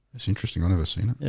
it's interesting on ever seen yeah,